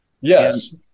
Yes